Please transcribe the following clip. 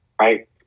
Right